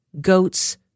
goats